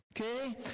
okay